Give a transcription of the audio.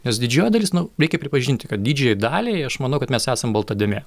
nes didžioji dalis nu reikia pripažinti kad didžiajai daliai aš manau kad mes esam balta dėmė